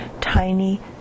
tiny